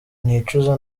nicuza